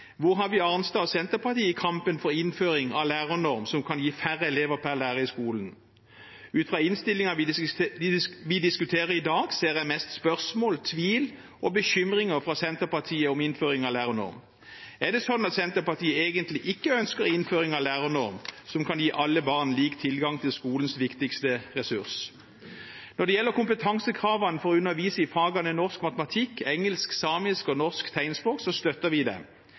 Hvor har vi Arnstad og Senterpartiet i kampen for innføring av en lærernorm som kan gi færre elever per lærer i skolen? Ut fra innstillingen vi diskuterer i dag, ser jeg mest spørsmål, tvil og bekymringer fra Senterpartiet om innføring av en lærernorm. Er det sånn at Senterpartiet egentlig ikke ønsker innføring av en lærernorm som kan gi alle barn lik tilgang til skolens viktigste ressurs? Når det gjelder kompetansekravene for å undervise i fagene norsk, matematikk, engelsk, samisk og norsk tegnspråk, støtter vi dem. Det